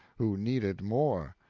who need it more.